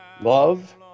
love